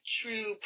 true